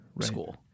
school